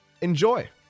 Enjoy